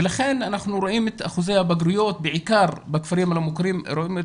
לכן אנחנו רואים את אחוזי הבגרויות הנמוכים בעיקר בכפרים הלא מוכרים.